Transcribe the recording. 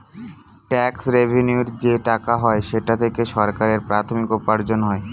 tax রেভেন্যুর যে টাকা হয় সেটা থেকে সরকারের প্রাথমিক উপার্জন হয়